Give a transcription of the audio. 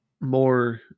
More